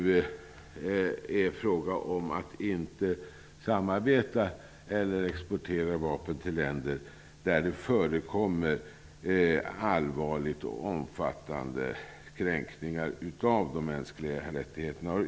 Det är nu fråga om att inte samarbeta med eller exportera vapen till länder där det förekommer allvarliga och omfattande kränkningar av de mänskliga rättigheterna.